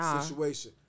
situation